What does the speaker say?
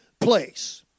place